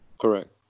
Correct